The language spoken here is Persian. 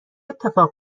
اتفاق